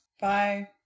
bye